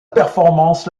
performance